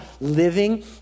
living